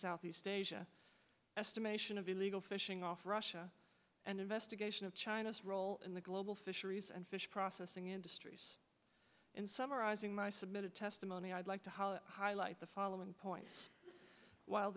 southeast asia estimation of illegal fishing off russia and investigation of china's role in the global fisheries and fish processing and in summarizing my submitted testimony i'd like to highlight the following points while